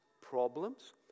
problems